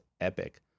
epic